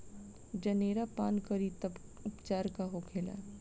जनेरा पान करी तब उपचार का होखेला?